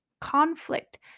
conflict